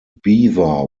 beaver